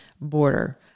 Border